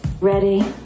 Ready